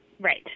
right